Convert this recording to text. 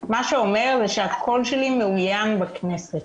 זה אומר שהקול שלי מאוין בכנסת.